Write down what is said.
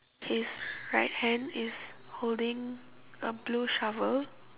his right hand is holding a blue shovel